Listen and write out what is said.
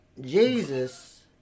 Jesus